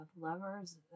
lovers